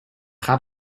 gaat